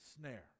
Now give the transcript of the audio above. snare